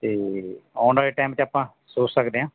ਅਤੇ ਆਉਣ ਵਾਲੇ ਟੈਮ 'ਚ ਆਪਾਂ ਸੋਚ ਸਕਦੇ ਹਾਂ